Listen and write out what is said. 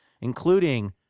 including